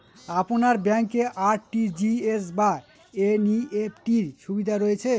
আপনার ব্যাংকে আর.টি.জি.এস বা এন.ই.এফ.টি র সুবিধা রয়েছে?